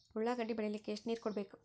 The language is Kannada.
ಉಳ್ಳಾಗಡ್ಡಿ ಬೆಳಿಲಿಕ್ಕೆ ಎಷ್ಟು ನೇರ ಕೊಡಬೇಕು?